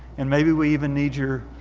and maybe we even need your